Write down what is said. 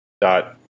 dot